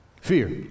Fear